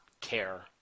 care